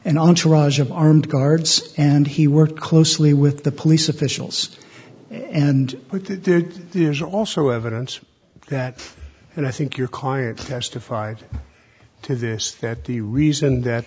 an entourage of armed guards and he worked closely with the police officials and there is also evidence that and i think your caller testified to this that the reason that